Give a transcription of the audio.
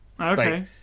Okay